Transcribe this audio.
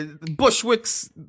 Bushwick's